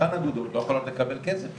יכולות לקבל כסף.